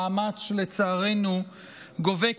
מאמץ שלצערנו גובה,